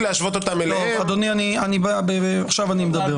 אדוני, עכשיו אני מדבר.